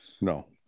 No